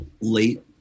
late